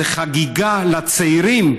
זאת חגיגה לצעירים,